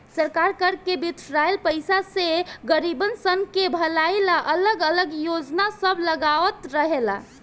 सरकार कर से बिटोराइल पईसा से गरीबसन के भलाई ला अलग अलग योजना सब लगावत रहेला